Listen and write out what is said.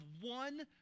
one